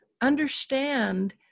understand